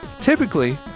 Typically